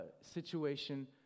situation